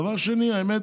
דבר שני, האמת